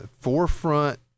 forefront